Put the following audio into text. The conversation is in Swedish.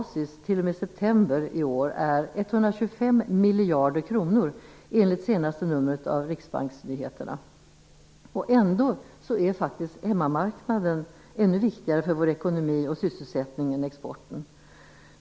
september i år är 125 miljarder kronor enligt senaste numret av Riksbanksnyheterna. Ändå är faktiskt hemmamarknaden ännu viktigare för vår ekonomi och sysselsättning än exporten.